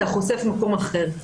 אתה חושף במקום אחר.